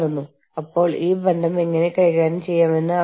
വീണ്ടും നിങ്ങൾ എങ്ങനെയാണ് ഈ പ്രവർത്തനങ്ങൾ കൈകാര്യം ചെയ്യുന്നത്